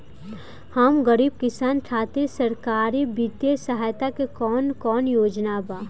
हम गरीब किसान खातिर सरकारी बितिय सहायता के कवन कवन योजना बा?